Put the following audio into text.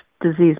disease